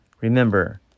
Remember